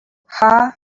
ha